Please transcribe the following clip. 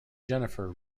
jennifer